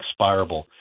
expirable